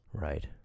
Right